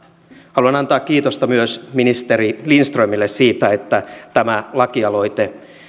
haluan antaa kiitosta myös ministeri lindströmille siitä että tämä lakialoite